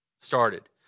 started